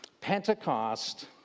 Pentecost